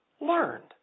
learned